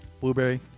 Blueberry